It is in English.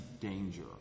danger